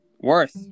Worth